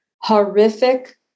horrific